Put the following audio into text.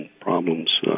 problems